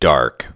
Dark